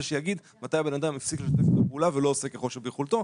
שיגיד מתי הבן אדם הפסיק לשתף פעולה ולא עושה ככל שביכולתו,